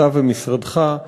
אתה ומשרדך,